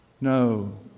No